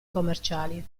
commerciali